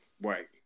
Right